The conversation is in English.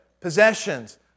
possessions